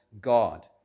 God